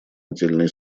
отдельные